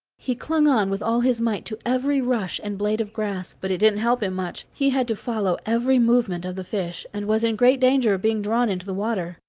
he clung on with all his might to every rush and blade of grass, but it didn't help him much he had to follow every movement of the fish, and was in great danger of being drawn into the water.